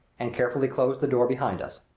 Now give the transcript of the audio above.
and carefully closed the door behind us.